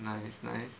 nice nice